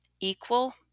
Equal